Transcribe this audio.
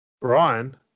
Brian